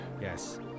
yes